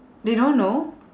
they don't know